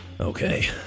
Okay